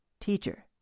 Teacher